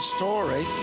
story